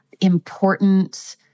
important